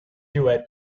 duet